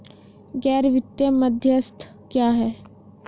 गैर वित्तीय मध्यस्थ क्या हैं?